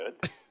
good